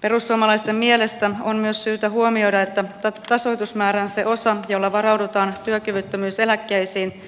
perussuomalaisten mielestä on myös syytä huomioida että tasoitusmäärän se osa jolla varaudutaan työkyvyttömyyseläkkeisiin